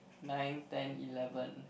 nine ten eleven